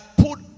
put